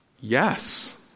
Yes